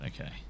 okay